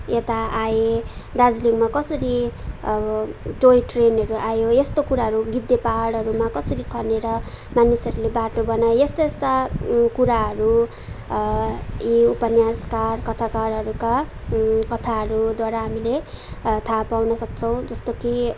यता आए दार्जिलिङमा कसरी अब टोय ट्रेनहरू आयो यस्तो कुराहरू गिद्दे पाहाडहरूमा कसरी खनेर मानिसहरूले बाटो बनाए यस्ता यस्ता कुराहरू यी उपन्यासका कथाकारहरूका कथाहरूद्वारा हामीले थाहा पाउन सक्छौँ जस्तो कि